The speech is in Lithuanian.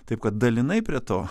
taip kad dalinai prie to